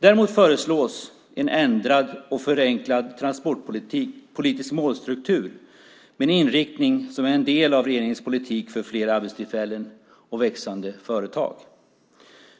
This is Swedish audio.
Däremot föreslås en ändrad och förenklad transportpolitisk målstruktur med en inriktning som är en del av regeringens politik för fler arbetstillfällen och växande företag.